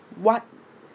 what